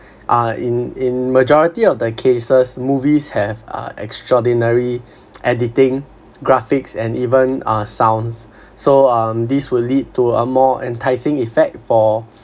uh in in majority of the cases movies have extraordinary editing graphics and even uh sounds so um this will lead to a more enticing effect for